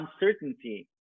uncertainty